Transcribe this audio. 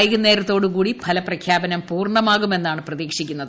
വൈകുന്നേരത്തോടുകൂടി ഫലപ്രഖ്യാപനം പൂർണ്ണമാകുമെന്നാണ് പ്രതീക്ഷിക്കുന്നത്